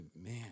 man